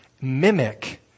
mimic